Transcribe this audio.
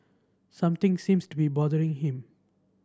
something seems to be bothering him